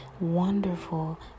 wonderful